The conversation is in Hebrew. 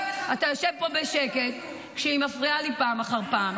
אתה יושב פה בשקט כשהיא מפריעה לי פעם אחר פעם.